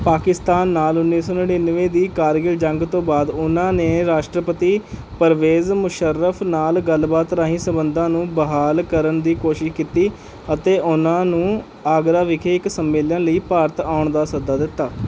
ਪਾਕਿਸਤਾਨ ਨਾਲ ਉੱਨੀ ਸੌ ਨੜਿਨਵੇਂ ਦੀ ਕਾਰਗਿਲ ਜੰਗ ਤੋਂ ਬਾਅਦ ਉਨ੍ਹਾਂ ਨੇ ਰਾਸ਼ਟਰਪਤੀ ਪਰਵੇਜ਼ ਮੁਸ਼ੱਰਫ ਨਾਲ ਗੱਲਬਾਤ ਰਾਹੀਂ ਸੰਬੰਧਾਂ ਨੂੰ ਬਹਾਲ ਕਰਨ ਦੀ ਕੋਸ਼ਿਸ਼ ਕੀਤੀ ਅਤੇ ਉਨ੍ਹਾਂ ਨੂੰ ਆਗਰਾ ਵਿਖੇ ਇੱਕ ਸੰਮੇਲਨ ਲਈ ਭਾਰਤ ਆਉਣ ਦਾ ਸੱਦਾ ਦਿੱਤਾ